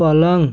पलंग